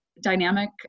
Dynamic